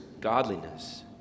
godliness